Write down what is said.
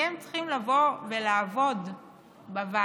אתם צריכים לבוא ולעבוד בוועדות,